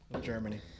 Germany